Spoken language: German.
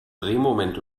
drehmoment